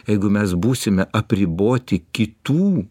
jeigu mes būsime apriboti kitų